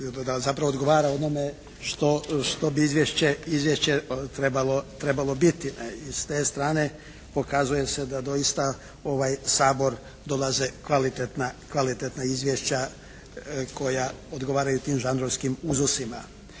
zapravo odgovara onome što bi izvješće trebalo biti, ne? I s te strane pokazuje se da doista u ovaj Sabor dolaze kvalitetna, kvalitetna izvješća koja odgovaraju tim žanrovskim uzusima.